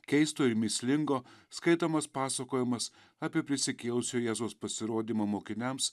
keisto ir mįslingo skaitomas pasakojimas apie prisikėlusio jėzaus pasirodymą mokiniams